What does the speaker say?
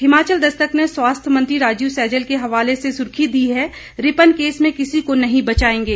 हिमाचल दस्तक ने स्वास्थ्य मंत्री राजीव सैजल के हवाले से सुर्खी दी है रिपन केस में किसी को नहीं बचाएंगे